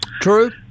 True